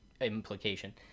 implication